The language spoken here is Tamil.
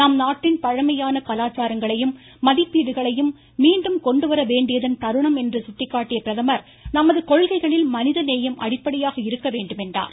நம்நாட்டின் பழமையான கலாச்சாரங்களையும் மதிப்பீடுகளையும் மீண்டும் கொண்டுவரவேண்டியதன் தருணம் என்று சுட்டிக்காட்டிய பிரதமர் நமது கொள்கைகளில் மனித நேயம் அடிப்படையாக இருக்க வேண்டும் என்றார்